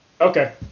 Okay